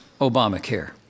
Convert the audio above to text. Obamacare